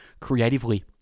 creatively